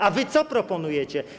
A wy co proponujecie?